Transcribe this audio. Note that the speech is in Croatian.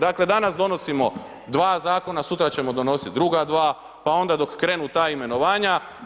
Dakle danas donosimo dva zakona, sutra ćemo donositi druga dva pa onda dok krenu ta imenovanja.